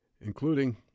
including